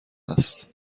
است